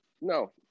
no